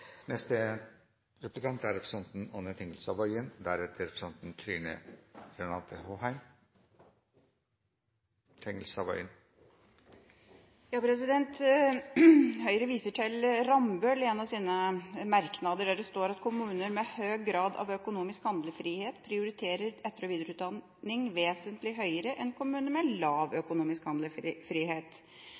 Høyre viser til Rambøll i en av sine merknader, der det står at kommuner med høy grad av økonomisk handlefrihet prioriterer etter- og videreutdanning vesentlig høyere enn kommuner med lav økonomisk handlefrihet.